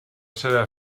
serà